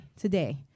today